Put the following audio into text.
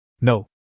No